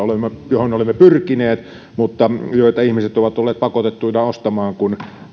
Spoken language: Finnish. mihin olemme pyrkineet mutta joita ihmiset ovat olleet pakotettuja ostamaan kun